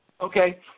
Okay